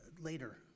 Later